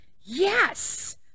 Yes